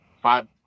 Five